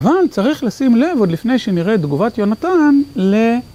אבל צריך לשים לב, עוד לפני שנראה את תגובת יונתן, ל...